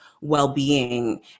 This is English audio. well-being